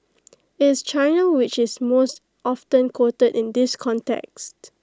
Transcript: IT is China which is most often quoted in this context